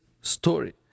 story